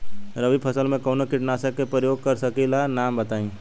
रबी फसल में कवनो कीटनाशक के परयोग कर सकी ला नाम बताईं?